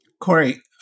Corey